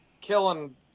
killing